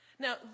Now